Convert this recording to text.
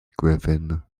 griffin